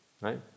right